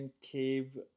Cave